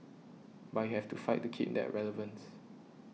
but you have to fight to keep that relevance